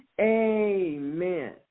Amen